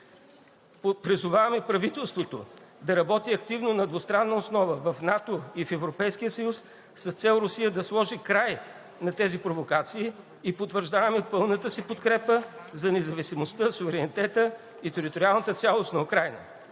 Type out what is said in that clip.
Призоваваме правителството да работи активно на двустранна основа в НАТО и в Европейския съюз, с цел Русия да сложи край на тези провокации, и потвърждаваме пълната си подкрепа за независимостта, суверенитета и териториалната цялост на Украйна.